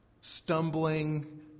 stumbling